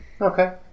Okay